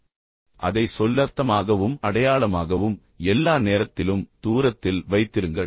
எனவே அதை சொல்லர்த்தமாகவும் அடையாளமாகவும் வைத்திருங்கள் எல்லா நேரத்திலும் தூரத்தில் வைத்திருங்கள்